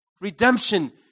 redemption